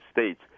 States